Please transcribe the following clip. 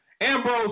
Ambrose